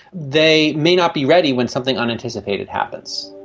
they may not be ready when something unanticipated happens.